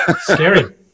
scary